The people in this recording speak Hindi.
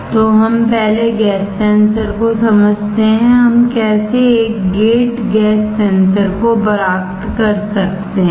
तो हम पहले गैस सेंसरको समझते हैं हम कैसे एक गेट गैस सेंसर को प्राप्त कर सकते हैं